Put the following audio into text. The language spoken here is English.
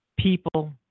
people